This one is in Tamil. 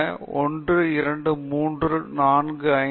இங்கு ஐந்து தலைப்புகள் உள்ளன ஒன்று இரண்டு மூன்று நான்கு மற்றும் ஐந்து